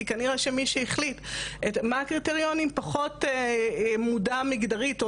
כי כנראה שמי שהחליט מה הקריטריונים פחות מודע מגדרית,